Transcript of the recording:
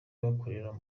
bakorera